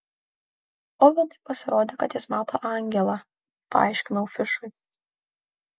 ovenui pasirodė kad jis mato angelą paaiškinau fišui